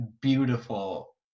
beautiful